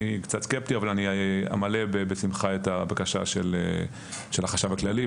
אני קצת סקפטי אבל אני אמלא בשמחה את הבקשה של החשב הכללי,